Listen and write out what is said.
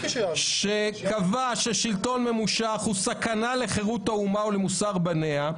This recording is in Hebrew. שטבע ששלטון ממושך הוא סכנה לחירות האומה ולמוסר בניה,